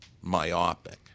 myopic